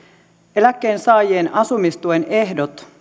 eläkkeensaajien asumistuen ehdot